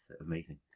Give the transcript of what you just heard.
amazing